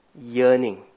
yearning